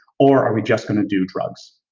or are we just gonna do drugs?